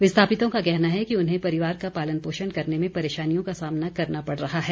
विस्थापितों का कहना है कि उन्हें परिवार का पालन पोषण करने में परेशानियों का सामना करना पड़ रहा है